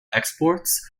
exports